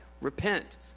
Repent